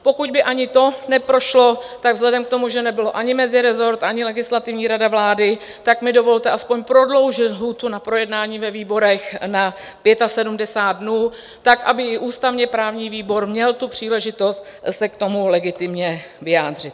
Pokud by ani to neprošlo, tak vzhledem k tomu, že nebyl ani mezirezort, ani Legislativní rada vlády, tak mi dovolte aspoň prodloužit lhůtu na projednání ve výborech na 75 dnů tak, aby i ústavněprávní výbor měl tu příležitost se k tomu legitimně vyjádřit.